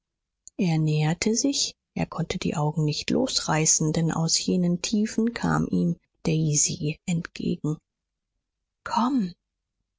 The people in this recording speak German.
er näherte sich er konnte die augen nicht losreißen denn aus jenen tiefen kam ihm daisy entgegen komm